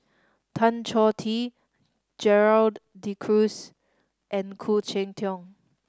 Tan Choh Tee Gerald De Cruz and Khoo Cheng Tiong